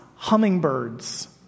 hummingbirds